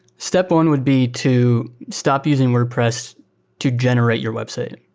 step one would be to stop using wordpress to generate your website.